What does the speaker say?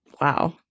Wow